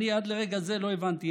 עד לרגע זה לא הבנתי,